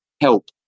help